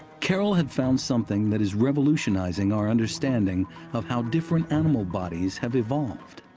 carroll had found something that is revolutionizing our understanding of how different animal bodies have evolved.